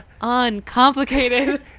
uncomplicated